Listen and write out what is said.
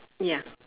ya